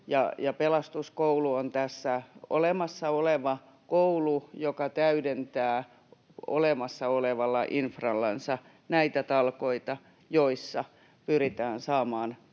Pelastuskoulu on olemassa oleva koulu, joka täydentää olemassa olevalla infrallansa näitä talkoita, joissa pyritään saamaan